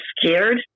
scared